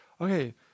okay